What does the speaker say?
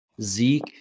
Zeke